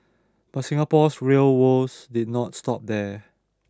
but Singapore's rail woes did not stop there